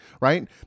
right